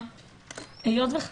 וונש.